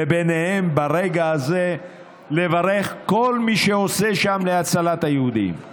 וביניהם ברגע הזה לברך כל מי שעושה שם להצלת היהודים,